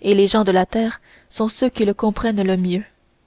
et les gens de la terre sont ceux qui le comprennent le mieux